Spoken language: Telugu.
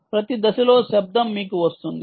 ప్రతి దశలో శబ్దం మీకు వస్తుంది